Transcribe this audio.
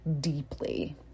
deeply